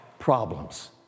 problems